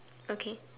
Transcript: okay